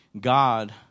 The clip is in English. God